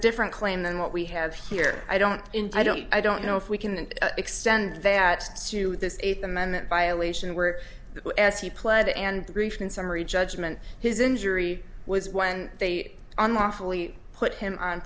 different claim than what we have here i don't i don't i don't know if we can extend that to this eighth amendment violation where as he pled and in summary judgment his injury was when they unlawfully put him on